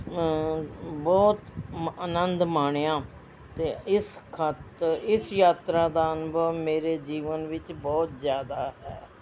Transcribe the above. ਬਹੁਤ ਮ ਆਨੰਦ ਮਾਣਿਆ ਅਤੇ ਇਸ ਖਾਤਰ ਇਸ ਯਾਤਰਾ ਦਾ ਅਨੁਭਵ ਮੇਰੇ ਜੀਵਨ ਵਿੱਚ ਬਹੁਤ ਜ਼ਿਆਦਾ ਹੈ